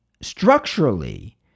structurally